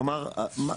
כלומר,